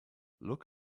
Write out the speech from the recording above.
look